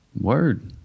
Word